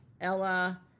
Ella